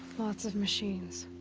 lots of machines.